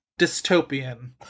dystopian